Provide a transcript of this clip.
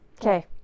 Okay